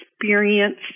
experience